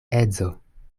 edzo